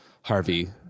Harvey